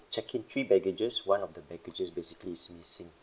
checked in three baggage's one of the baggage's basically is missing